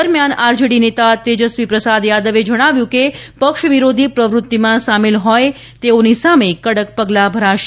દરમ્યાન આરજેડી નેતા તેજસ્વીપ્રસાદ યાદવે જણાવ્યું કે પક્ષ વિરોધી પ્રવૃત્તિમાં સામેલ હોય તેઓની સામે કડક પગલાં ભરાશે